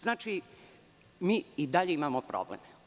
Znači, mi i dalje imamo problem.